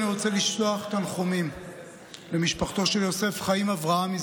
אני רוצה לשלוח תנחומים למשפחתו של יוסף חיים אברהמי,